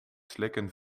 slikken